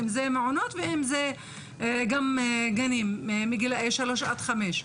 אם זה מעונות ואם זה גם גנים מגיל שלוש עד חמש.